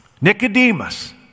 Nicodemus